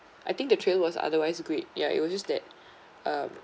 I think the trail was otherwise great ya it was just that uh